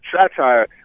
satire